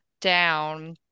down